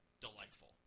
delightful